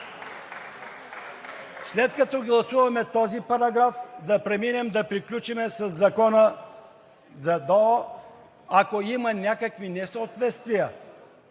След като гласуваме този параграф, да преминем да приключим със Закона за ДОО. Ако има някакви несъответствия,